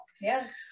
yes